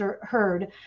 heard